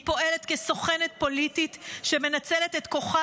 היא פועלת כסוכנת פוליטית שמנצלת את כוחה